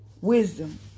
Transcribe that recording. wisdom